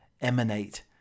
emanate